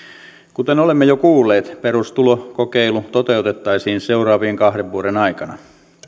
kuten olemme jo kuulleet perustulokokeilu toteutettaisiin seuraavien kahden vuoden aikana